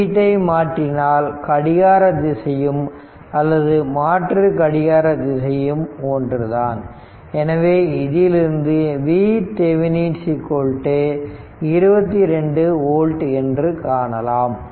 குறியீட்டை மாற்றினால் கடிகார திசையும் அல்லது மாற்றுக் கடிகார திசையும் ஒன்றுதான் எனவே இதிலிருந்து VThevenin 22 volt என்று காணலாம்